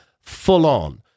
full-on